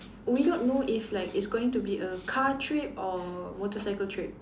we don't know if like it's going be a car trip or motorcycle trip